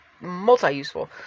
multi-useful